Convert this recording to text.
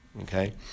Okay